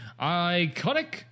iconic